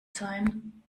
sein